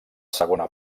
segona